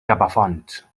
capafonts